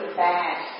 bad